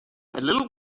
little